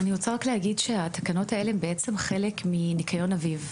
אני רוצה רק להגיד שהתקנות האלה הן בעצם חלק מ'ניקיון אביב'.